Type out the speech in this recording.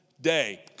day